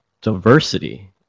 diversity